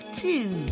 two